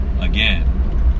again